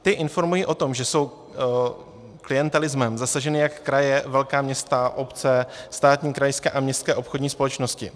Ty informují o tom, že jsou klientelismem zasaženy jak kraje, velká města, obce, státní, krajské a městské obchodní společnosti.